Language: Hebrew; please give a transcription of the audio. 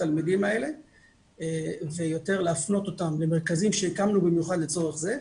התלמידים האלה ויותר להפנות אותם למרכזים שהקמנו במיוחד לצורך זה.